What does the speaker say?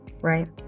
Right